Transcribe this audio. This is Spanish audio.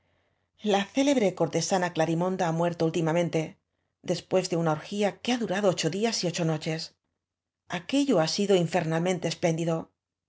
la célebre cortesana glarimonda ha muer to últimamente después de una orgía que ha durado ocho días y ocho noches aquello ha sido infernalmente espléndido